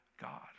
God